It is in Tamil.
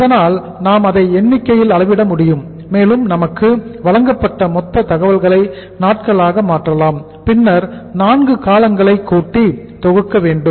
இதனால் நாம் அதை எண்ணிக்கையில் அளவிட முடியும் மேலும் நமக்கு வழங்கப்பட்ட மொத்த தகவல்களை நாட்களாக மாற்றலாம் பின்னர் 4 காலங்களை கூட்டி தொகுக்க வேண்டும்